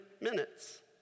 minutes